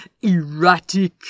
erratic